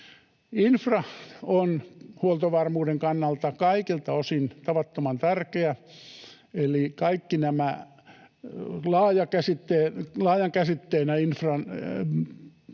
Infra on huoltovarmuuden kannalta kaikilta osin tavattoman tärkeä, eli laajana käsitteenä infran